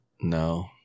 no